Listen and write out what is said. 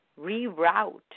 reroute